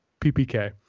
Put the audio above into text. PPK